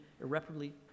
irreparably